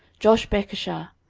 joshbekashah,